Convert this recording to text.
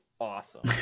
awesome